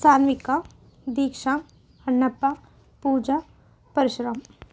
Sanvika Deeksha Annappa Pooja Parshuram